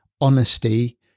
honesty